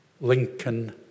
Lincoln